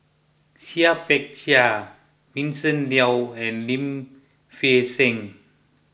Seah Peck Seah Vincent Leow and Lim Fei Shen